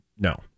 No